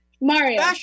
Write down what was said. Mario